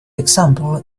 example